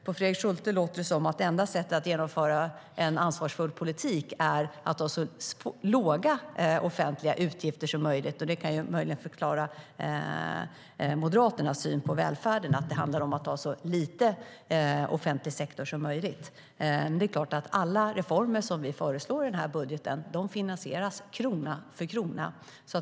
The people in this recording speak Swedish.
På Fredrik Schulte låter det som om det enda sättet att genomföra en ansvarsfull politik är att ha så låga offentliga utgifter som möjligt. Det kan ju möjligen förklara Moderaternas syn på välfärden - det handlar om att ha så en liten offentlig sektor som möjligt. Alla reformer som vi föreslår i den här budgeten finansieras krona för krona.